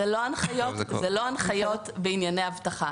אבל זה לא הנחיות בענייני אבטחה.